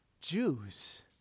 Jews